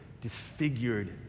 disfigured